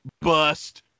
bust